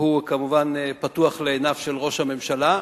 והוא כמובן פתוח לעיניו של ראש הממשלה.